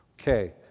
Okay